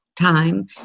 time